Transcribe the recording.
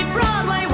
Broadway